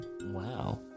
Wow